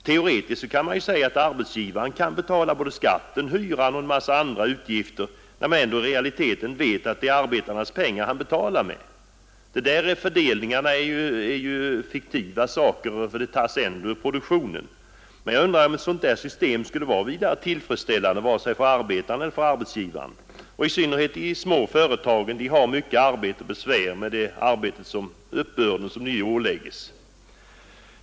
Teoretiskt kan man ju säga att arbetsgivaren kan betala både skatten, hyran och en massa andra utgifter när man ändå vet att det i realiteten är arbetarens pengar han betalar med. Fördelningen här är fiktiv — det tas ju ändå ur produktionen. Jag undrar om ett sådant system är så tillfredsställande för arbetaren och för arbetsgivaren. I synnerhet de små företagen har mycket arbete och besvär med den uppbörd som de åläggs att utföra.